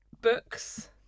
books